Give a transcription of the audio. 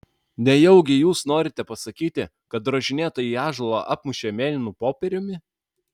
nejaugi jūs norite pasakyti kad drožinėtąjį ąžuolą apmušė mėlynu popieriumi